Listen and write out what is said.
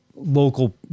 local